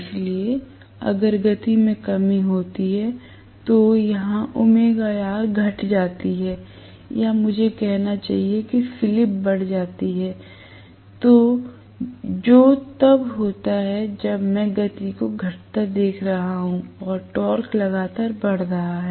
इसलिए अगर गति में कमी होती है तो यहां घट जाती है या मुझे कहना चाहिए कि स्लिप बढ़ जाती है जो तब होता है जब मैं गति को घटता देख रहा हूं और टॉर्क लगातार बढ़ रहा है